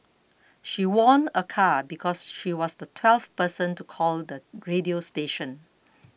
she won a car because she was the twelfth person to call the radio station